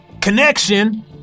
connection